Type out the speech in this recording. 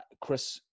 Chris